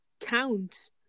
Count